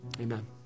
amen